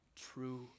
true